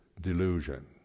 delusion